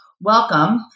welcome